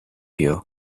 you